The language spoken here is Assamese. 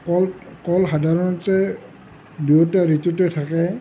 কল কল সাধাৰণতে দুয়োটা ঋতুতে থাকে